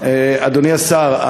אדוני השר,